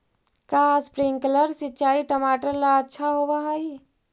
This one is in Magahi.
का स्प्रिंकलर सिंचाई टमाटर ला अच्छा होव हई?